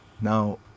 Now